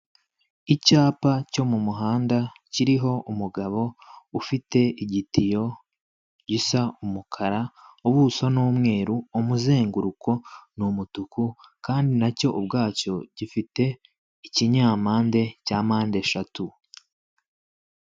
Icyapa cyo mu muhanda kiriho umugabo ufite igitiyo gisa umukara ubuso ni umweru umuzenguruko ni umutuku kandi nacyo ubwacyo gifite ikinyampande cya mpandeshatu.